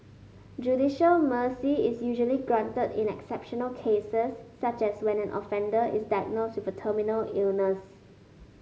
judicial mercy is usually granted in exceptional cases such as when an offender is diagnosed with a terminal illness